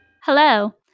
Hello